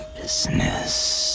business